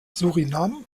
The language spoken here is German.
suriname